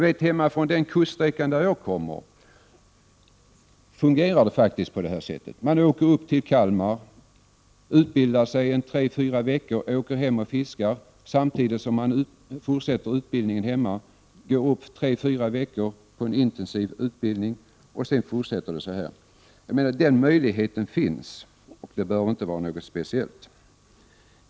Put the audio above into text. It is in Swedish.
Vid den kuststräcka som jag kommer ifrån fungerar det så att man åker upp till Kalmar och utbildar sig i tre fyra veckor. Sedan åker man hem och fiskar samtidigt som man fortsätter utbildningen hemma. Man går sedan tre, fyra veckor på en intensivutbildning. Sedan fortsätter det så här. Jag menar att möjligheten finns och att det inte bör vara något speciellt.